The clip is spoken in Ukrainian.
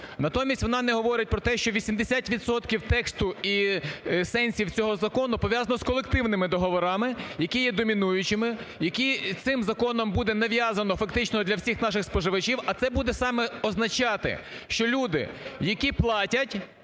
Натомість вона не говорить про те, що 80 відсотків тексту і сенсів цього закону пов'язано з колективними договорами, які є домінуючими, які цим законом буде нав'язано фактично для всіх наших споживачів, а це буде саме означати, що люди, які платять,